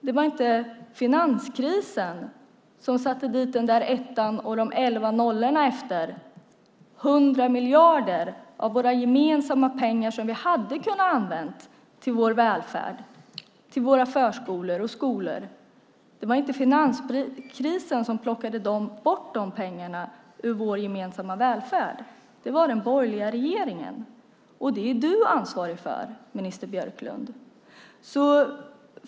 Det var inte finanskrisen som satte dit den där ettan och de elva nollorna efter, 100 miljarder av våra gemensamma pengar som vi hade kunnat använda till vår välfärd, till våra förskolor och skolor. Det var inte finanskrisen som plockade bort de pengarna ur vår gemensamma välfärd. Det var den borgerliga regeringen, och det är du ansvarig för, minister Björklund.